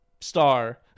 star